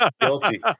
Guilty